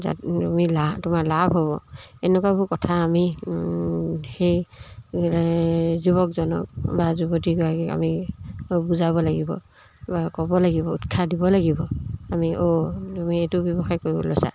যাত তুমি লা তোমাৰ লাভ হ'ব এনেকুৱাবোৰ কথা আমি সেই যুৱকজনক বা যুৱতীগৰাকী আমি বুজাব লাগিব বা ক'ব লাগিব উৎসাহ দিব লাগিব আমি অ' তুমি এইটো ব্যৱসায় কৰিব লৈছা